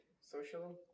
social